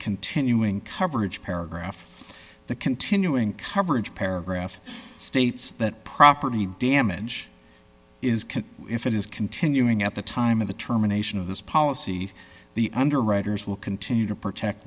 continuing coverage paragraph the continuing coverage paragraph states that property damage is can if it is continuing at the time of the terminations of this policy the underwriters will continue to protect